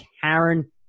Karen